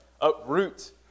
uproot